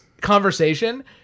conversation